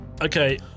Okay